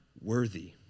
worthy